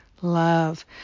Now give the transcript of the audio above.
love